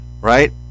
right